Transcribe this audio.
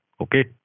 Okay